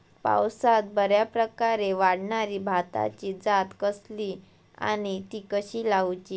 पावसात बऱ्याप्रकारे वाढणारी भाताची जात कसली आणि ती कशी लाऊची?